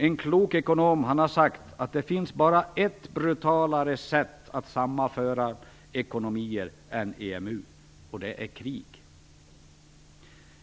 En klok ekonom har sagt att det finns bara ett sätt att sammanföra ekonomier som är brutalare än EMU, och det är krig.